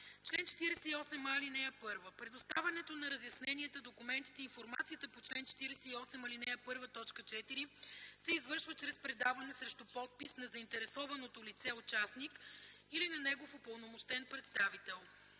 „Чл. 48а. (1) Предоставянето на разясненията, документите и информацията по чл. 48, ал. 1, т. 4 се извършва чрез предаване срещу подпис на заинтересованото лице/участник или на негов упълномощен представител.